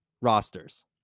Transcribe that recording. rosters